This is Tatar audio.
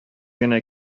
генә